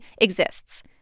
exists